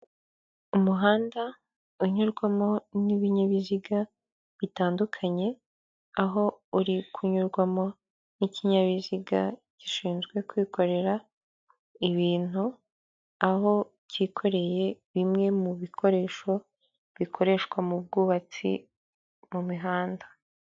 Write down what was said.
Umuhanda unyurwamo n'ibinyabiziga bitandukanye aho uri kunyurwamo n'ikinyabiziga gishinzwe kwikorera ibintu, aho kikoreye bimwe mu bikoresho bikoreshwa mu bwubatsi mu mihanda.